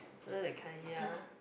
you know that kind ya